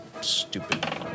stupid